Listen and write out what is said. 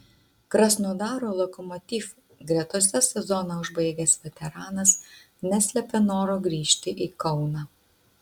krasnodaro lokomotiv gretose sezoną užbaigęs veteranas neslėpė noro grįžti į kauną